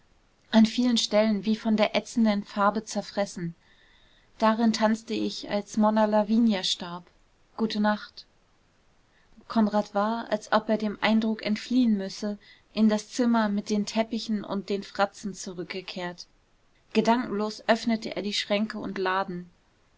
an vielen stellen wie von der ätzenden farbe zerfressen darin tanzte ich als monna lavinia starb gute nacht konrad war als ob er dem eindruck entfliehen müsse in das zimmer mit den teppichen und den fratzen zurückgekehrt gedankenlos öffnete er die schränke und laden